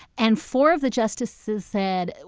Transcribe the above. and four of the justices said,